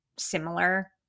Similar